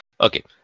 Okay